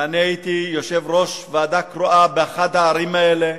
ואני הייתי יושב-ראש ועדה קרואה באחת הערים האלה,